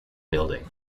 building